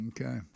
okay